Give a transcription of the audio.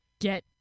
get